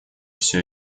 всё